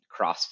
CrossFit